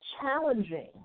challenging